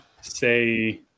say